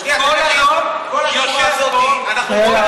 כל היום יושב פה, כל השורה הזאת הצבענו בעד.